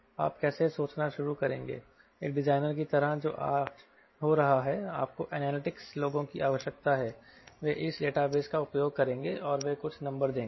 आप कैसे सोचना शुरू करेंगे एक डिजाइनर की तरह जो आज हो रहा है आपको एनालिटिक्स लोगों की आवश्यकता है वे इस डेटाबेस का उपयोग करेंगे और वे कुछ नंबर देंगे